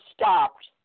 stopped